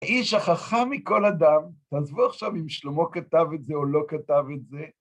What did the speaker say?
איש החכם מכל אדם, תעזבו עכשיו אם שלמה כתב את זה או לא כתב את זה.